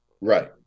Right